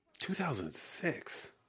2006